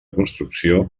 construcció